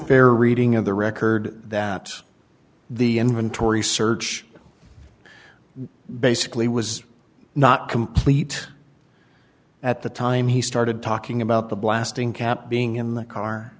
fair reading of the record that the inventory search basically was not complete at the time he started talking about the blasting cap being in the car